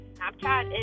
Snapchat